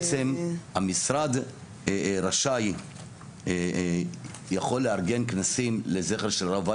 המשרד יכול לארגן כנסים לזכר של הרב עובדיה,